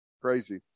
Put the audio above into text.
Crazy